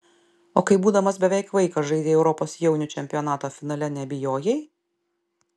o kai būdamas beveik vaikas žaidei europos jaunių čempionato finale nebijojai